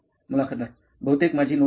मुलाखतदार बहुतेक माझी नोटबुक